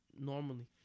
normally